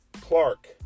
Clark